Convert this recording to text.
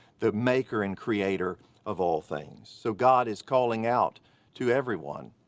the maker and creator of all things. so god is calling out to everyone.